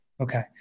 Okay